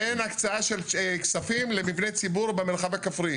אין הקצאה של כספים למבני ציבור במרחב הכפרי.